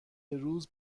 روز